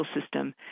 system